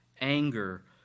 anger